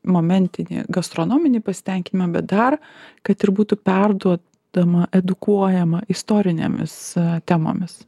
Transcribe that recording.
momentinį gastronominį pasitenkinimą bet dar kad ir būtų perduodama edukuojama istorinėmis temomis